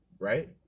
Right